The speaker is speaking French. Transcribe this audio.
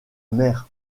mer